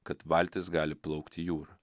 kad valtis gali plaukti jūra